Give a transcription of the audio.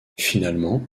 finalement